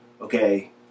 okay